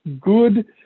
good